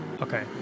Okay